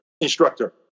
instructor